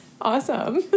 awesome